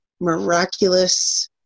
miraculous